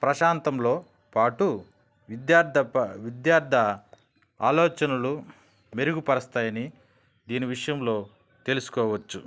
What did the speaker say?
ప్రశాంతతో పాటు విద్యార్థి ఆలోచనలు మెరుగుపరుస్తాయని దీని విషయంలో తెలుసుకోవచ్చు